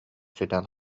сүтэн